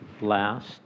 Last